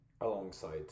alongside